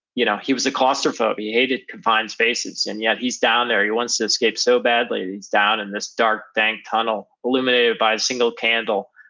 you know he was a claustrophobe and he hated confined spaces, and yet he's down there, he wants to escape so badly, and he's down in this dark, dank tunnel, illuminated by a single candle,